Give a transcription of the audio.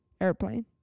airplane